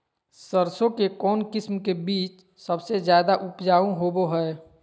सरसों के कौन किस्म के बीच सबसे ज्यादा उपजाऊ होबो हय?